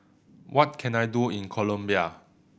what can I do in Colombia